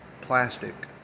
plastic